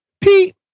Pete